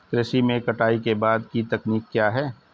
कृषि में कटाई के बाद की तकनीक क्या है?